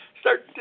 start